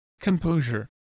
composure